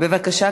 בבקשה,